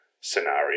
scenario